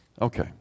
Okay